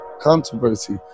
controversy